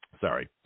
Sorry